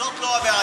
זאת לא הבעיה.